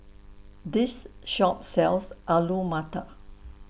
This Shop sells Alu Matar